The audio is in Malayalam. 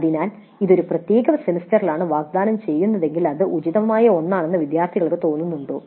അതിനാൽ ഇത് ഒരു പ്രത്യേക സെമസ്റ്ററിലാണ് വാഗ്ദാനം ചെയ്യുന്നതെങ്കിൽ അത് ഉചിതമായ ഒന്നാണെന്ന് വിദ്യാർത്ഥികൾക്ക് തോന്നുന്നുണ്ടോ